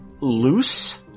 Loose